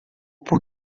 por